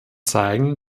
zeigen